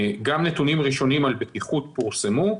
גם נתונים ראשונים על בטיחות פורסמו,